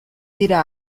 dira